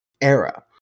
era